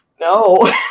No